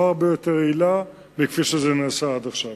הרבה יותר יעילה מכפי שזה נעשה עד עכשיו.